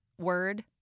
Word